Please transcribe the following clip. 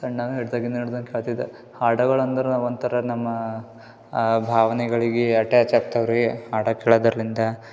ಸಣ್ಣವ ಹಿಡ್ದಾಗಿಂದ ನಡ್ದು ನಾ ಕೇಳ್ತಿದ್ದೆ ಹಾಡಗಳಂದ್ರೆ ಒಂಥರ ನಮ್ಮ ಭಾವನೆಗಳಿಗೆ ಅಟ್ಯಾಚ್ ಆಗ್ತಾವ ರೀ ಹಾಡು ಕೇಳದರ್ಲಿಂದ